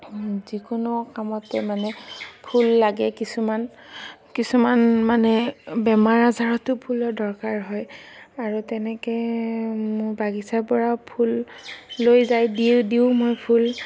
যিকোনো কামতে মানে ফুল লাগে কিছুমান কিছুমান মানে বেমাৰ আজাৰতো ফুলৰ দৰকাৰ হয় আৰু তেনেকৈ মোৰ বাগিচাৰ পৰাও ফুল লৈ যায় দিওঁ দিওঁ মই ফুল